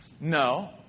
No